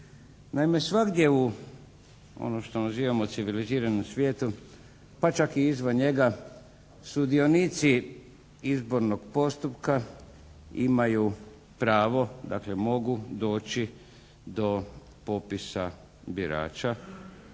Naime, svagdje u ono što nazivamo civiliziranom svijetu, pa čak i izvan njega sudionici izbornog postupka imaju pravo dakle, mogu doći do popisa birača,